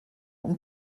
und